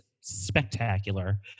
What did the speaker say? spectacular